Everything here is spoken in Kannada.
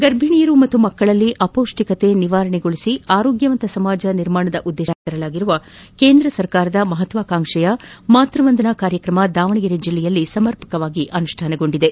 ಗರ್ಭಿಣಿಯರು ಮತ್ತು ಮಕ್ಕಳಲ್ಲಿ ಅಪೌಷ್ವಿಕತೆ ನಿವಾರಣೆಗೊಳಿಸಿ ಆರೋಗ್ಯವಂತ ಸಮಾಜ ನಿರ್ಮಾಣದ ಉದ್ದೇಶದಿಂದ ಜಾರಿಗೆ ತಂದಿರುವ ಕೇಂದ್ರ ಸರ್ಕಾರದ ಮಹತ್ವಾಕಾಂಕ್ಷೆಯ ಮಾತ್ವವಂದನಾ ಕಾರ್ಯಕ್ರಮ ದಾವಣಗೆರೆ ಜಿಲ್ಲೆಯಲ್ಲಿ ಸಮರ್ಪಕವಾಗಿ ಅನುಷ್ಠಾನಗೊಂಡಿದೆ